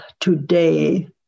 today